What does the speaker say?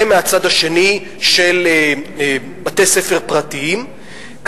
ומהצד השני של בתי-ספר פרטיים,